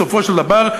בסופו של דבר,